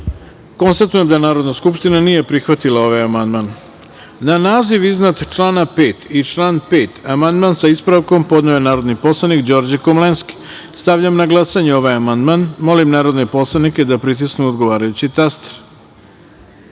poslanika. Konstatujem da Narodna skupština nije prihvatila ovaj amandman. Na naziv iznad člana 5. i član 5. amandman sa ispravkom podneo je narodni poslanik Đorđe Komlenski. Stavljam na glasanje ovaj amandman. Molim narodne poslanike da pritisnu odgovarajući